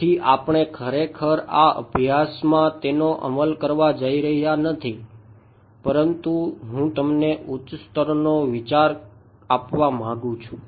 તેથી આપણે ખરેખર આ અભ્યાસમાં તેનો અમલ કરવા જઈ રહ્યા નથી પરંતુ હું તમને ઉચ્ચ સ્તરનો વિચાર આપવા માંગું છું